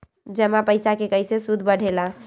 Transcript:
जमा पईसा के कइसे सूद बढे ला?